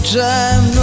time